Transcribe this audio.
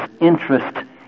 interest